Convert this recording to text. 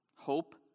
hope